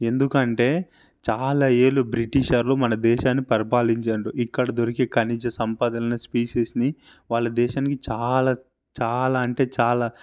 ఎందుకంటే చాలా ఏళ్ళు బ్రిటిషర్లు మన దేశాన్ని పరిపాలించిండ్రు ఇక్కడ దొరికే ఖనిజ సంపదలను స్పీషస్ని వాళ్ళ దేశానికీ చాలా చాలా అంటే చాలా